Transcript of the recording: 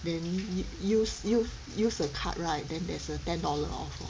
then use use use a card right then there's a ten dollar off lor